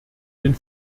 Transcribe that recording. den